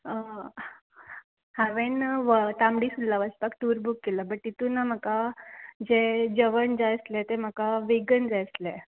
हांवें तांबडी सुला वचपाक टूर बूक केला बट तितून म्हाका जें जेवण जाय आसले ते म्हाका वेगण जाय आसले